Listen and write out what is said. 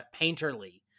painterly